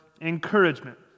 encouragement